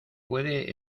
puede